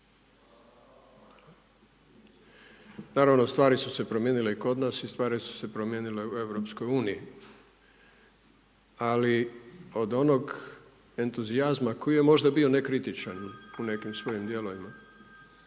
Naravno stvari su se promijenile i kod nas i stvari su se promijenile u EU ali od onog entuzijazma koji je možda bio nekritičan u nekim svojim dijelovima.